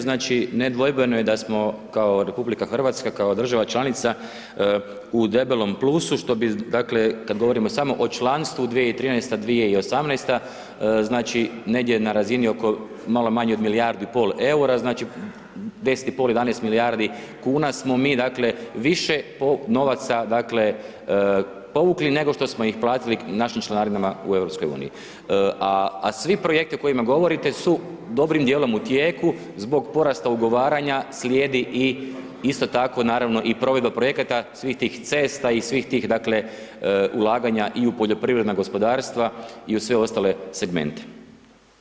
Znači, nedvojbeno je da smo, kao RH, kao država članica u debelom plusu, što bi, dakle, kad govorimo samo o članstvu 2013.-2018., znači negdje na razini oko malo manje od milijardu i pol eura, znači, 10 i pol, 11 milijardi kuna smo mi dakle više novaca povukli nego što smo ih platili našim članarinama u EU, a vi projekti o kojima govorite su dobrim dijelom u tijeku zbog porasta ugovaranja, slijedi i isto tako i provedba projekata, svih tih cesta i svih tih dakle, ulaganja i u poljoprivredna gospodarstva i u sve ostale segmente.